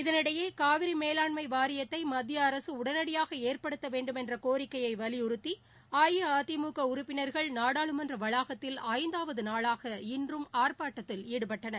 இதற்கிடையே காவிரி மேலாண்மை வாரியத்தை மத்திய அரசு உடனடியாக ஏற்படுத்த வேண்டுமென்ற கோிக்கையை வலியுறுத்தி அஇஅதிமுக உறுப்பினர்கள் நாடாளுமன்ற வளாகத்தில் ஐந்தாவது நாளாக இன்றும் ஆற்ப்பாட்டத்தில் ஈடுபட்டனர்